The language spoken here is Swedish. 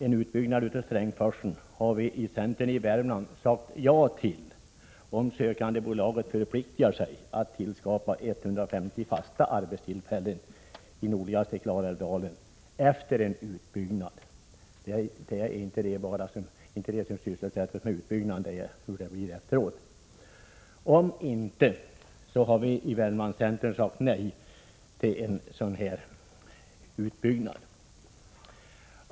En utbyggnad av Strängsforsen har vi i centern i Värmland sagt ja till, om sökandebolaget förpliktar sig att skapa 150 fasta arbetstillfällen i nordligaste Klarälvsdalen-— vi avser då inte de arbetstillfällen som behövs för utbyggnaden utan nya arbetstillfällen efter utbyggnaden. Om så inte sker säger vi i Värmlandscentern nej till en utbyggnad.